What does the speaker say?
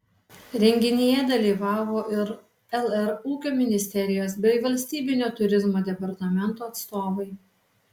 renginyje dalyvavo ir lr ūkio ministerijos bei valstybinio turizmo departamento atstovai